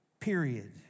period